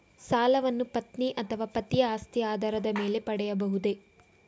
ಸಾಲವನ್ನು ಪತ್ನಿ ಅಥವಾ ಪತಿಯ ಆಸ್ತಿಯ ಆಧಾರದ ಮೇಲೆ ಪಡೆಯಬಹುದೇ?